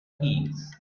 things